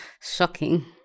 Shocking